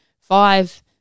five